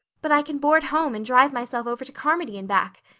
but i can board home and drive myself over to carmody and back,